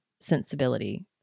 sensibility